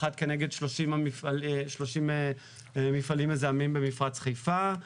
אחת כנגד שלושים מפעלים מזהמים במפרץ חיפה,